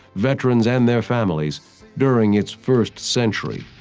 veterans and their families during its first century,